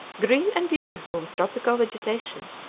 green and beautiful with tropical vegetation,